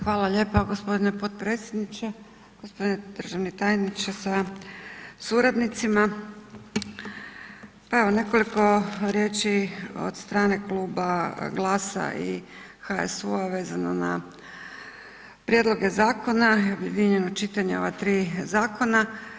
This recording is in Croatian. Hvala lijepa gospodine potpredsjedniče, gospodine državni tajniče sa suradnicima, pa evo nekoliko riječi od strane Kluba GLAS-a i HSU-a vezano na prijedloge zakona i objedinjeno čitanje ova tri zakona.